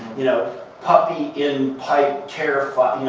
you know puppy in pipe terrified.